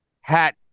hat